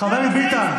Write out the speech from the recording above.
חבר הכנסת ביטן,